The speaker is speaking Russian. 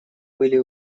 были